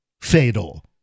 fatal